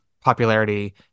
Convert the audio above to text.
popularity